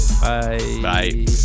bye